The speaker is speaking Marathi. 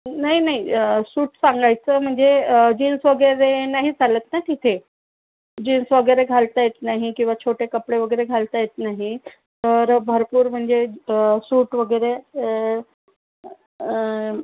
नाही नाही सूट सांगायचं म्हणजे जीन्स वगैरे नाही चालत ना तिथे जीन्स वगैरे घालता येत नाही किंवा छोटे कपडे वगैरे घालता येत नाही तर भरपूर म्हणजे सूट वगैरे